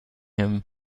him